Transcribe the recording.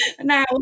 now